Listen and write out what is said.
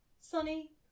Sunny